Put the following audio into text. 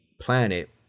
planet